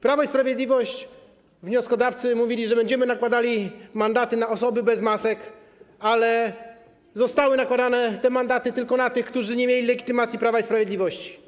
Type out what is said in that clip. Prawo i Sprawiedliwość, wnioskodawcy mówili, że będziemy nakładali mandaty na osoby bez masek, ale mandaty te zostały nałożone tylko na tych, którzy nie mieli legitymacji Prawa i Sprawiedliwości.